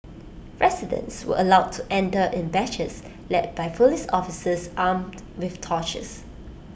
residents were allowed to enter in batches led by Police officers armed with torches